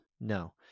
no